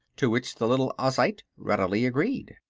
to which the little ozite readily agreed.